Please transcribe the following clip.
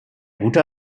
guter